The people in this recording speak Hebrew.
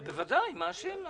בוודאי, מה השאלה.